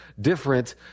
different